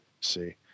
see